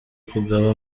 kugaba